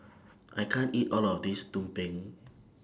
I can't eat All of This Tumpeng